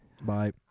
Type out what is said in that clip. Bye